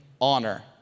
honor